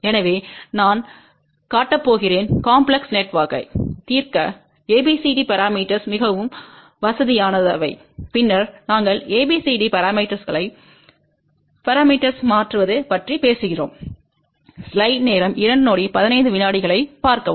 எனவே நான் காட்டப் போகிறேன் காம்ப்லெஸ் நெட்வொர்க்கைத் தீர்க்க ABCD பரமீட்டர்ஸ் மிகவும் வசதியானதவை பின்னர் நாங்கள் ABCD பரமீட்டர்ஸ்ளை S பரமீட்டர்ஸ்ளாக மாற்றுவது பற்றி பேசும்